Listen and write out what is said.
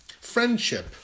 friendship